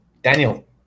Daniel